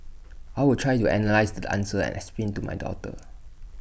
I will try to analyse the answers and explain to my daughter